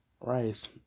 Rice